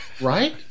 Right